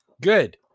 Good